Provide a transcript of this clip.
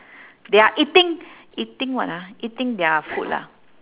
they're eating eating what ah eating their food lah